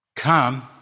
Come